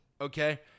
Okay